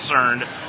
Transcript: concerned